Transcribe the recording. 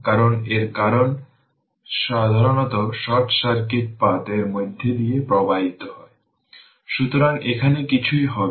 এই দুটি terminal open circuit হিসেবে কাজ করবে